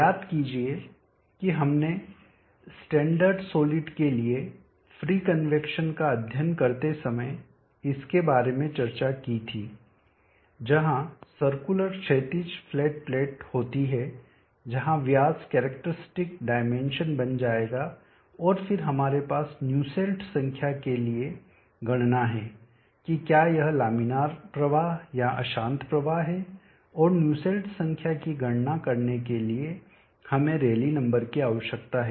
याद कीजिए कि हमने स्टैंडर्ड सॉलिड के लिए फ्री कन्वैक्शन का अध्ययन करते समय इसके बारे में चर्चा की थी जहां सर्कुल क्षैतिज फ्लैट प्लेट होती है जहां व्यास कैरेक्टरिस्टिक डाइमेंशन बन जाएगा और फिर हमारे पास न्यूसेल्ट संख्या के लिए गणना है कि क्या यह लामिनार का प्रवाह या अशांत प्रवाह है और न्यूसेल्ट संख्या की गणना करने के लिए हमें रैली नंबर की आवश्यकता है